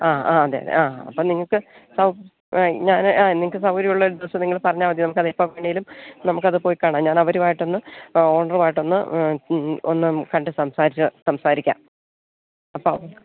ആ ആ അത് തന്നെ ആ അപ്പം നിങ്ങൾക്ക് ഞാൻ ആ നിങ്ങൾക്ക് സൗകര്യം ഉള്ള ഒരു ദിവസം നിങ്ങൾ പറഞ്ഞാൽ മതി നമുക്ക് അത് എപ്പം വേണമെങ്കിലും നമുക്ക് അത് പോയി കാണാം ഞാൻ അവരുമായിട്ടൊന്ന് ഓൺറുമായിട്ടൊന്ന് ഒന്ന് കണ്ടൂ സംസരിച്ചു സംസാരിക്കാം കേട്ടോ